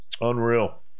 Unreal